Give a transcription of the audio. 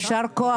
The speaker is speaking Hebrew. ישר כוח.